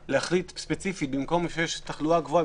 להחליט ספציפית שבמקום בו יש תחלואה גבוהה,